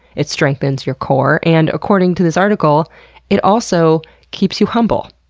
it strengthens your core, and according to this article it also keeps you humble.